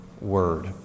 Word